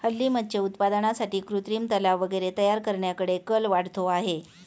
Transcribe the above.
हल्ली मत्स्य उत्पादनासाठी कृत्रिम तलाव वगैरे तयार करण्याकडे कल वाढतो आहे